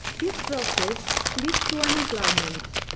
this process leads to unemployment,